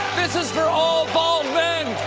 this is for all bald men!